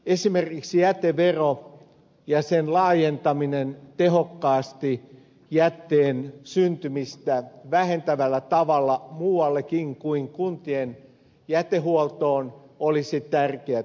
esimerkiksi jätevero ja sen laajentaminen tehokkaasti jätteen syntymistä vähentävällä tavalla muuallekin kuin kuntien jätehuoltoon olisi tärkeätä